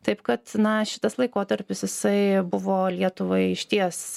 taip kad na šitas laikotarpis jisai buvo lietuvai išties